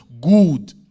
good